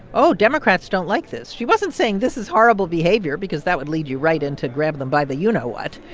democrats don't like this. she wasn't saying, this is horrible behavior. because that would lead you right in to grab them by the you know what.